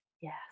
Yes